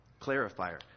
clarifier